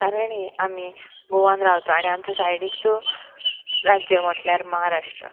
कारण हें आमी गोवान रावता आनी आमच्या सायडीकचो राज्य म्हटल्यार महाराष्ट्र